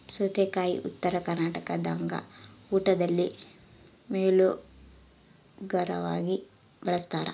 ಸೌತೆಕಾಯಿ ಉತ್ತರ ಕರ್ನಾಟಕದಾಗ ಊಟದಲ್ಲಿ ಮೇಲೋಗರವಾಗಿ ಬಳಸ್ತಾರ